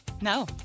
No